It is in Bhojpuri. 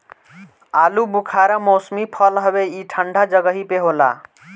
आलूबुखारा मौसमी फल हवे ई ठंडा जगही पे होला